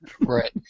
Right